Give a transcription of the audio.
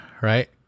right